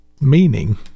meaning